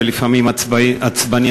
לפעמים עצבני,